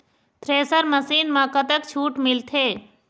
Thresher machine म कतक छूट मिलथे?